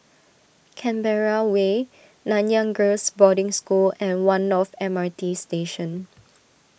Canberra Way Nanyang Girls' Boarding School and one North M R T Station